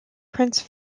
prince